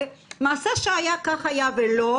מעשה שהיה כך היה ולא,